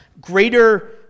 greater